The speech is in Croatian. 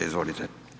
Izvolite.